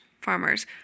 farmers